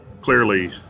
clearly